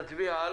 נצביע על